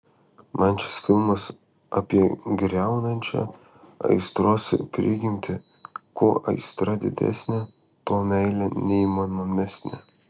man šis filmas apie griaunančią aistros prigimtį kuo aistra didesnė tuo meilė neįmanomesnė